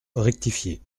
rectifié